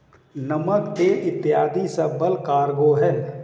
नमक, तेल इत्यादी सब बल्क कार्गो हैं